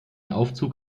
aufzug